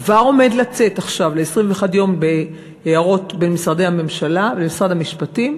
כבר עומד לצאת עכשיו ל-21 יום בהערות בין משרדי הממשלה ומשרד המשפטים,